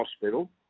hospital